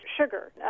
sugar